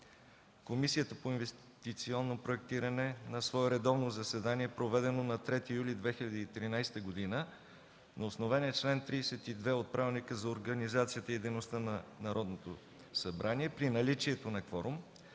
Комисията по инвестиционно проектиране на свое редовно заседание, проведено на 3 юли 2013 г., на основание чл. 32 от Правилника за организацията и дейността на Народното събрание, при наличието на кворум,